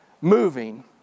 moving